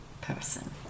person